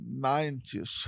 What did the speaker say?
90s